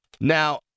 Now